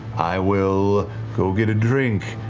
i will go get a drink.